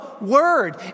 word